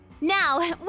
Now